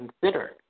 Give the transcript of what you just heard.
consider